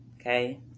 okay